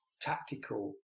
tactical